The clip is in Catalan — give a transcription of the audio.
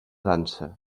dansa